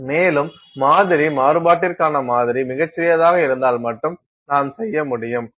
மேலும் மாதிரி மாறுபாட்டிற்கான மாதிரி மிகச் சிறியதாக இருந்தால் மட்டுமே நாம் செய்ய முடியும்